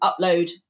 upload